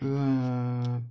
அது தான்